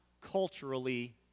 culturally